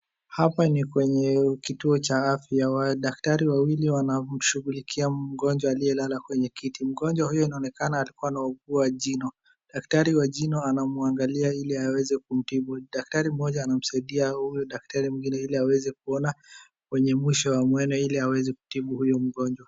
Hapa ni kwenye kituo cha afya wa daktari wawili wanamshughulikia mgonjwa aliye lala kwenye kiti. Mgonjwa hiyo inaonekana alikuwa anaugua jino. Daktari wa jino anamuangalia ili aweze kumtibu jino. Daktari mmoja anamsaidia daktari mwingine ili aweze kuona kwenye mwisho wa meno ili aweze kutiba huyo mgonjwa.